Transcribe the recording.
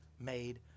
made